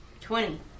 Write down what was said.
Twenty